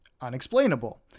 unexplainable